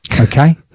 Okay